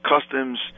customs